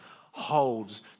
holds